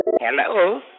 Hello